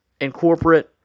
Incorporate